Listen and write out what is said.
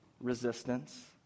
resistance